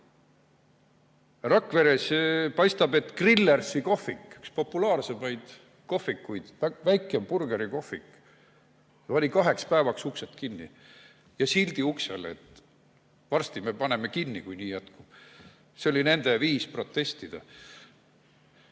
Rakveres pani Grillersi kohvik, üks populaarsemaid kohvikuid, väike burgerikohvik, kaheks päevaks uksed kinni ja uksele sildi, et varsti me paneme kinni, kui nii jätkub. See oli nende viis protestida.